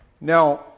now